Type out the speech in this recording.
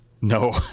No